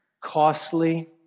costly